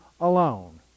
alone